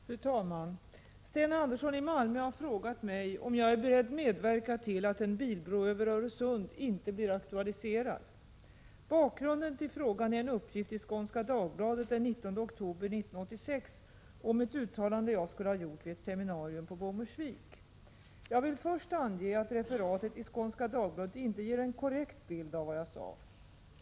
Fru talman! Sten Andersson i Malmö har frågat mig om jag är beredd att medverka till att en bilbro över Öresund inte blir aktualiserad. Bakgrunden till frågan är en uppgift i Skånska Dagbladet den 19 oktober 1986 om ett uttalande jag skulle ha gjort vid ett seminarium på Bommersvik. Jag vill först ange att referatet i Skånska Dagbladet inte ger en korrekt bild av vad jag sade.